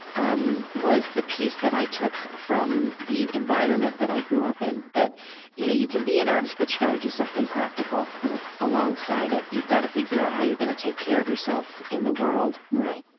um was the piece that i took from the environment that i grew up in. that you know you can be an artist, but you've got to do something practical alongside it. you've got to figure out how you're gonna take care of yourself in the world right.